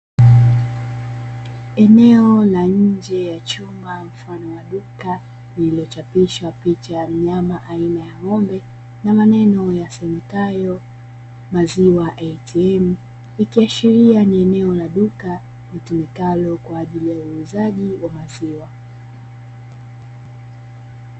Eneo la nje ya chumba mfano wa duka lililochapishwa picha ya mnyama aina ya ng'ombe na maneno yasomekayo maziwa "ATM" ikiashiria ni eneo la duka litumikalo kwa ajili ya uuzaji wa maziwa.